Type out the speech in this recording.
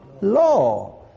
law